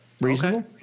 Reasonable